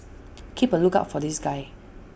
keep A lookout for this guy